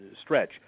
stretch